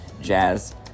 Jazz